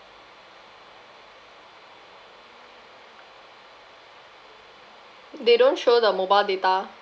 they don't show the mobile data